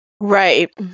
Right